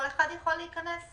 כל אחד יכול להיכנס?